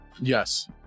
Yes